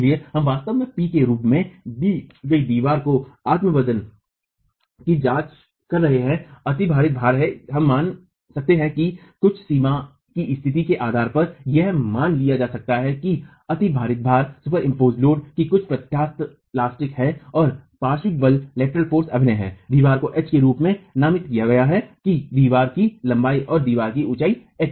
इसलिए हम वास्तव में P के रूप में दी गई दीवार के आत्म वजन की जांच कर रहे हैं अतिभारित भार है हम मान सकते हैं कि सीमा की स्थिति के आधार पर यह मान लिया जाता है कि अतिभारित भार की कुछ प्रत्यास्थता है और पार्श्व बल अभिनय है दीवार को H के रूप में नामित किया गया है l की दीवार की लंबाई और दीवार की ऊंचाई h है